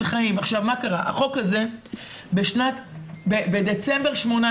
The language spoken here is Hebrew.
החוק הזה מדצמבר 2018